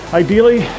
ideally